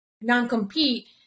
non-compete